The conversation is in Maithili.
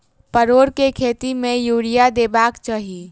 परोर केँ खेत मे यूरिया देबाक चही?